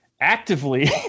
actively